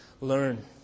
learn